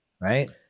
right